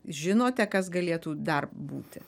žinote kas galėtų dar būti